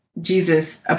Jesus